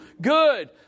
Good